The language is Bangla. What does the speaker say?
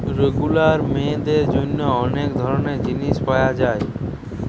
রেগুলার মেয়েদের জন্যে অনেক ধরণের জিনিস পায়া যায়